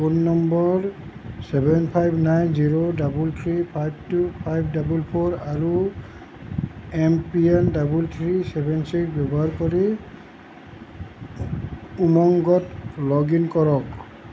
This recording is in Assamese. phone number seven five nine zero double three five two five double four আৰু M P N double three seven six ব্যৱহাৰ কৰি উমংগত লগইন কৰক